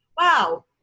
wow